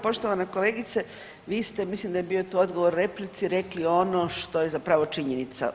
Poštovana kolegice, vi ste, ja mislim da je bio to odgovor replici rekli ono što je zapravo činjenica.